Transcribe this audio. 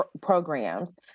programs